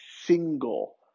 single